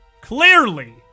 Clearly